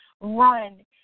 run